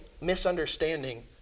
misunderstanding